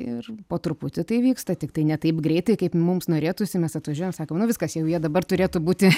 ir po truputį tai vyksta tiktai ne taip greitai kaip mums norėtųsi mes atvažiuojam sakom nu viskas jau jie dabar turėtų būti